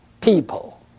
people